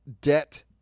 debt